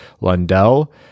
Lundell